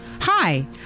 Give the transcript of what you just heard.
Hi